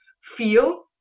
feel